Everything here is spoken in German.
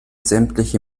sämtliche